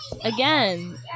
again